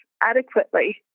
adequately